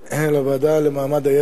הודעה לוועדה לזכויות הילד.